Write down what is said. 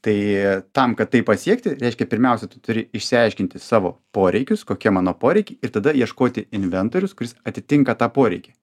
tai tam kad tai pasiekti reiškia pirmiausia tu turi išsiaiškinti savo poreikius kokie mano poreikiai ir tada ieškoti inventorius kuris atitinka tą poreikį